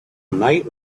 night